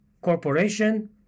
Corporation